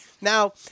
Now